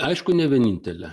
aišku ne vienintelė